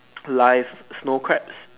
live snow crabs